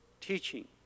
teaching